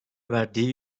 verdiği